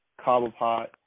Cobblepot